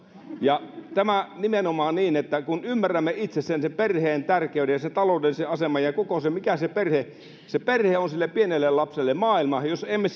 ja tämän sanon nimenomaan niin että ymmärrämme itse perheen tärkeyden ja taloudellisen aseman ja koko sen mikä se perhe on että perhe on sille pienelle lapselle maailma jos emme